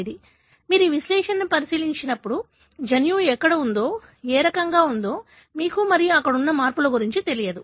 కాబట్టి మీరు ఈ విశ్లేషణను పరిశీలించినప్పుడు జన్యువు ఎక్కడ ఉందో ఏ రకంగా ఉందో మీకు మరియు అక్కడ ఉన్న మార్పుల గురించి తెలియదు